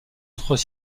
autres